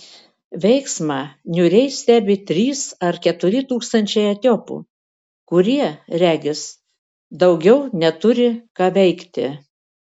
veiksmą niūriai stebi trys ar keturi tūkstančiai etiopų kurie regis daugiau neturi ką veikti